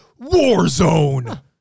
Warzone